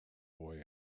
boy